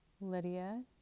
Lydia